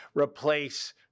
replace